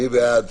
מי בעד?